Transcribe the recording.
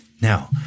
Now